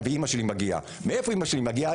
אימא שלי מגיעה מאיפה היא מגיעה?